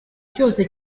cyose